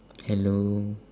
hello